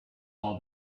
all